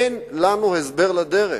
אין לנו הסבר לדרך.